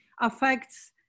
affects